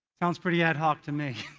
sounds pretty ad hoc to me.